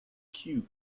cute